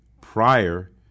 prior